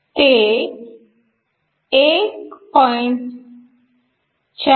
ते 1